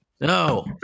No